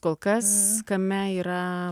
kol kas kame yra